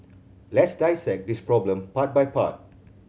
let's dissect this problem part by part